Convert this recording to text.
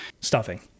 Stuffing